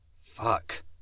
Fuck